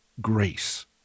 grace